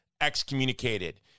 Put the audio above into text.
excommunicated